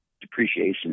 depreciation